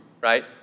right